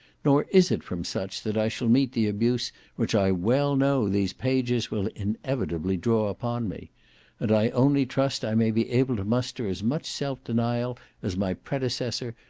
nor is it from such that i shall meet the abuse which i well know these pages will inevitably draw upon me and i only trust i may be able to muster as much self-denial as my predecessor,